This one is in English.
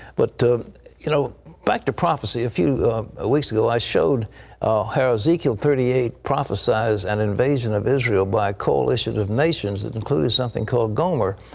but, you know back to prophecy, a few ah weeks ago i showed how ezekiel thirty eight prophesies an invasion of israel by a coalition of nations that included something called gomer.